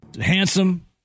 Handsome